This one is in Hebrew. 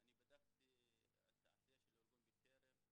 אני בדקתי את העשייה של ארגון 'בטרם',